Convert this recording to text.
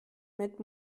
mit